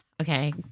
Okay